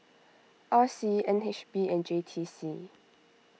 R C N H B and J T C